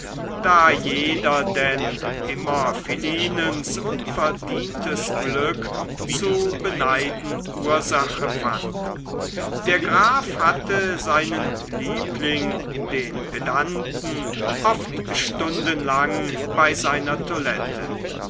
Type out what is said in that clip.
da jeder denn immer philinens unverdientes glück zu beneiden ursache fand der graf hatte seinen liebling den pedanten oft stundenlang bei seiner toilette